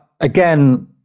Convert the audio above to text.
Again